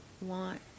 want